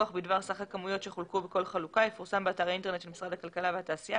גם במשרד להגנת הסביבה ביחד עם כל השותפים שלנו בממשלה ומחוצה לה,